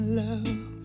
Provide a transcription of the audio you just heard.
love